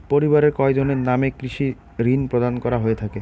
পরিবারের কয়জনের নামে কৃষি ঋণ প্রদান করা হয়ে থাকে?